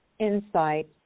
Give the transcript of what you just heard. Insight